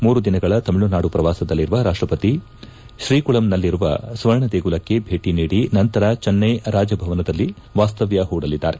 ಮೂರು ದಿನಗಳ ತಮಿಳುನಾಡು ಪ್ರವಾಸದಲ್ಲಿರುವ ರಾಷ್ಟಪತಿ ಶ್ರೀಕುಳಂನಲ್ಲಿರುವ ಸ್ವರ್ಣದೇಗುಲಕ್ಕೆ ಭೇಟಿ ನೀಡಿ ನಂತರ ಜೆನ್ನೈ ರಾಜಭವನದಲ್ಲಿ ವಾಸ್ತವ್ಯ ಪೂಡಲಿದ್ದಾರೆ